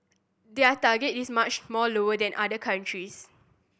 their target is much more lower than other countries